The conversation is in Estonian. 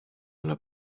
ole